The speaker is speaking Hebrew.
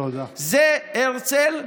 זה הרצל.